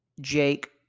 Jake